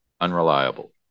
unreliable